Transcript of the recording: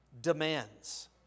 Demands